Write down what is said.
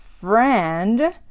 friend